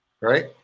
Right